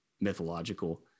mythological